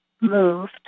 moved